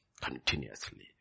Continuously